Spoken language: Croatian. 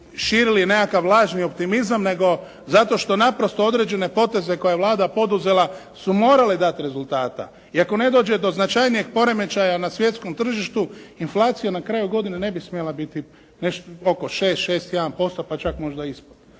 širili nekakav lažni optimizam nego zato što naprosto određeni potezi koje je Vlada poduzela su morali dat rezultata. I ako ne dođe do značajnijeg poremećaja na svjetskom tržištu, inflacija na kraju godine ne bi smjela biti oko 6, 6.1% pa čak možda i ispod.